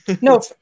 No